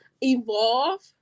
evolve